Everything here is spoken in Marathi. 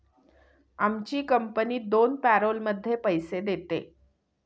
आमची कंपनी दोन पॅरोलमध्ये पैसे देते